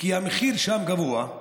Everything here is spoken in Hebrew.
כי המחיר שם גבוה.